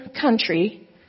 country